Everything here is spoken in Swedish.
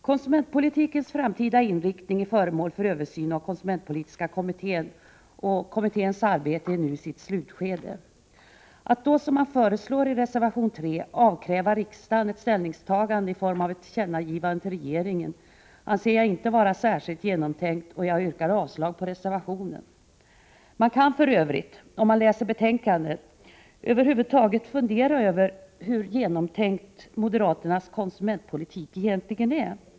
Konsumentpolitikens framtida inriktning är föremål för översyn inom konsumentpolitiska kommittén, vars arbete nu är inne i slutskedet. Att då, som föreslås i reservation nr 3, avkräva riksdagen ett ställningstagande i form av ett tillkännagivande till regeringen anser jag inte vara särskilt genomtänkt. Jag yrkar avslag på reservationen. Man kan för övrigt, om man läser betänkandet, över huvud taget undra över hur genomtänkt moderaternas konsumentpolitik egentligen är.